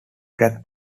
dragged